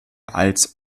als